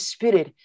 Spirit